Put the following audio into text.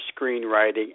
screenwriting